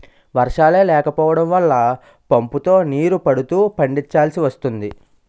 వర్షాలే లేకపోడం వల్ల పంపుతో నీరు పడుతూ పండిచాల్సి వస్తోంది